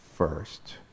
first